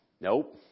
Nope